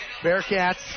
Bearcats